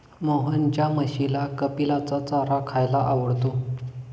मोहनच्या म्हशीला कपिलाचा चारा खायला आवडतो